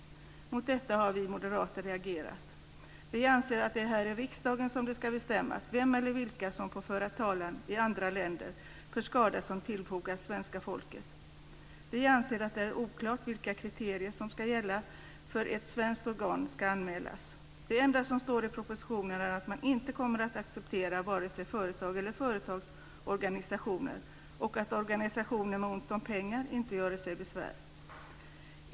Mot detta har vi moderater reagerat. Vi anser att det är här i riksdagen som det ska bestämmas vem eller vilka som får föra talan i andra länder för skada som tillfogats svenska folket. Vi anser att det är oklart vilka kriterier som ska gälla för att ett svenskt organ ska anmälas. Det enda som står i propositionen är att man inte kommer acceptera vare sig företag eller företagsorganisationer och att organisationer som har ont om pengar inte göre sig besvär.